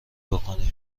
بکنی